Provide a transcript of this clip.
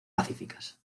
pacíficas